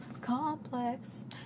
complex